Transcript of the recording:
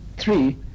Three